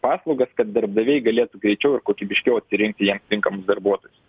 paslaugas kad darbdaviai galėtų greičiau ir kokybiškiau atsirinkti jiems tinkamus darbuotojus